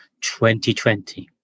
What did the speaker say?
2020